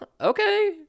okay